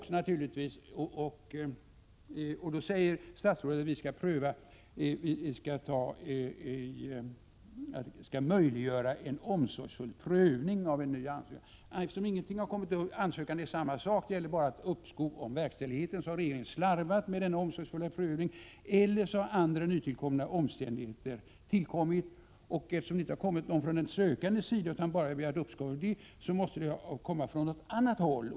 Statsrådet säger i svaret: ”Avsikten är endast att möjliggöra en omsorgsfull prövning av en ny ansökan eller av andra nytillkomna omständigheter.” Då ansökan fortfarande bara gäller uppskov med verkställigheten måste regeringen ha slarvat med denna omsorgsfulla prövning. Eftersom det från den sökandes sida inte har tillkommit några nya omständigheter — han har ju bara begärt uppskov med verkställigheten — måste nya omständigheter ha tillkommit från något annat håll.